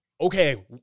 okay